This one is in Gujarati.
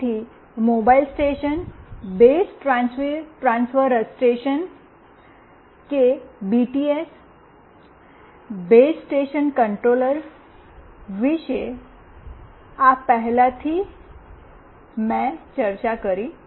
તેથી mobile station base transceiver station કે બીટીએસ બેઝ સ્ટેશન કંટ્રોલર વિશે આ પહેલાથી જ મેં ચર્ચા કરી છે